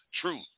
truth